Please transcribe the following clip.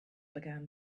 began